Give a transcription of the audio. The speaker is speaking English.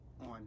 on